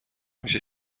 میشه